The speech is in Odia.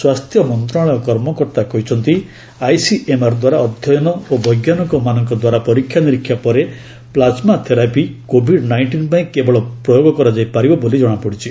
ସ୍ୱାସ୍ଥ୍ୟ ମନ୍ତ୍ରଣାଳୟ କର୍ମକର୍ତ୍ତା କହିଛନ୍ତି ଆଇସିଏମ୍ଆର୍ ଦ୍ୱାରା ଅଧ୍ୟୟନ ଓ ବୈଜ୍ଞାନିକମାନଙ୍କ ଦ୍ୱାରା ପରୀକ୍ଷା ନିରୀକ୍ଷା ପରେ ପ୍ଲାଜମା ଥେରାପି କୋଭିଡ୍ ନାଇଷ୍ଟିନ୍ ପାଇଁ କେବଳ ପ୍ରୟୋଗ କରାଯାଇ ପାରିବ ବୋଲି ଜଣାପଡ଼ିଛି